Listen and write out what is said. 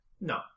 No